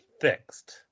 fixed